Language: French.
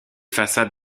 façades